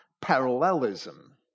parallelism